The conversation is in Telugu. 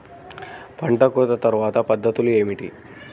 పంట కోత తర్వాత పద్ధతులు ఏమిటి?